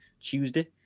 Tuesday